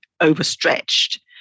overstretched